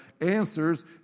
answers